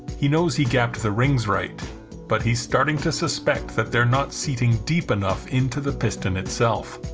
he knows he gapped the rings right but he's starting to suspect that they're not seating deep enough into the piston itself